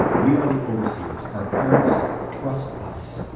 we are the overseers. our parents trust us.